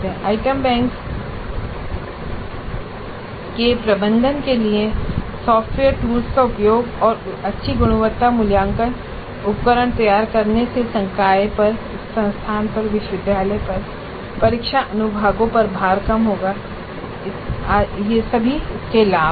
item बैंकों के प्रबंधन के लिए सॉफ्टवेयर टूल्स का उपयोग और अच्छी गुणवत्ता मूल्यांकन उपकरण तैयार करने से संकाय पर संस्थान पर विश्वविद्यालय पर परीक्षा अनुभागों पर भार कम होगा आदि कई लाभ हैं